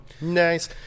Nice